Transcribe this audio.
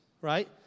right